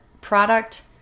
product